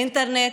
באינטרנט,